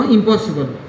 Impossible